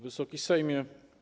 Wysoki Sejmie!